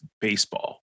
baseball